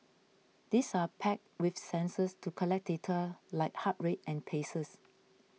these are packed with sensors to collect data like heart rate and paces